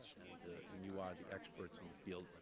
and you are the experts in the field,